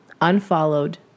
unfollowed